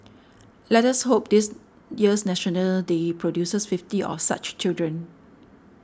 let us hope this year's National Day produces fifty of such children